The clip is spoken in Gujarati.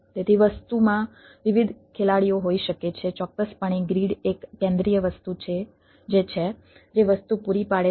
તેથી વસ્તુમાં વિવિધ ખેલાડીઓ હોઈ શકે છે ચોક્કસપણે ગ્રીડ એક કેન્દ્રિય વસ્તુ છે જે છે જે વસ્તુ પૂરી પાડે છે